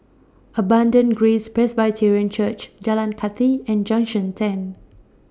Abundant Grace Presbyterian Church Jalan Kathi and Junction ten